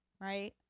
right